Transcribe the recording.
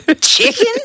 Chicken